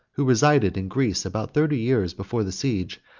who resided in greece about thirty years before the siege,